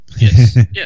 Yes